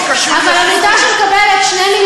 את צודקת, אבל זה לא קשור לכלום.